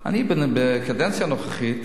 אני בקדנציה הנוכחית